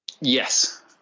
Yes